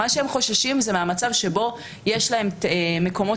מה שהם חוששים זה מהמצב שבו יש להם מקומות